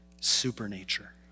supernature